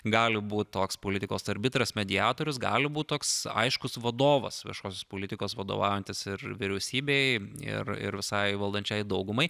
gali būt toks politikos arbitras mediatorius gali būt toks aiškus vadovas viešosios politikos vadovaujantis ir vyriausybei ir ir visai valdančiajai daugumai